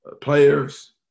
players